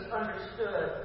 understood